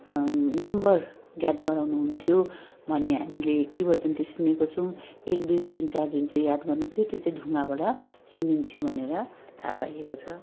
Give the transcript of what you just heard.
number ज्ञात गराउनु हुन्थ्यो भन्ने हामीले किंवदन्ती सुनेको छौँ एक दुई तिन चार जुन चाहिँ याद गर्नु थियो त्यो चाहिँ ढुङ्गाबाट सुनिन्थ्यो भनेर थाहा पाइएको छ